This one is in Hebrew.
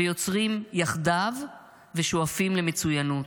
יוצרים יחדיו ושואפים למצוינות.